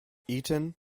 eton